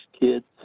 kids